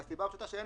מהסיבה הפשוטה שאין